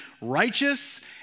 righteous